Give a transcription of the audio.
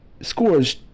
scores